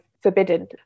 forbidden